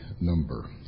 number